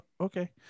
Okay